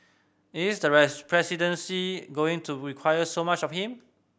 is the presidency going to require so much of him